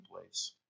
place